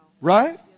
Right